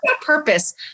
purpose